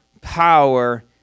power